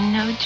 no